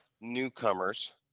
newcomers